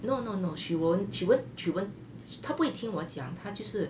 no no no she won't she won't she won't 她不会听我讲她就是